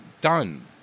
done